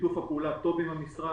שיתוף הפעולה טוב עם המשרד